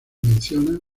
menciona